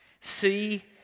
see